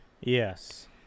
Yes